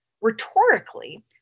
Rhetorically